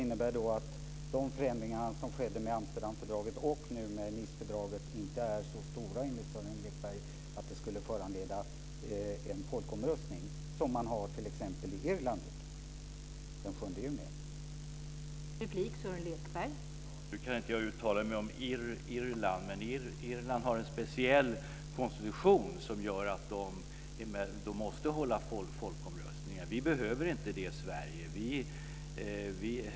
Det innebär alltså att de förändringar som skedde med Amsterdamfördraget och nu med Nicefördraget enligt Sören Lekberg inte är så stora att det skulle föranleda en sådan folkomröstning som man har t.ex. i Irland den 7 juni?